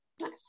Nice